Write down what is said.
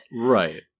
right